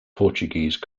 portuguese